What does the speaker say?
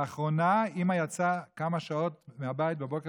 לאחרונה אימא יוצאת לכמה שעות מהבית בבוקר